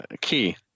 Key